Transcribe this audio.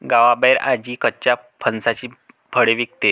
गावाबाहेर आजी कच्च्या फणसाची फळे विकते